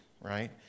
right